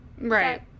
right